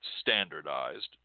standardized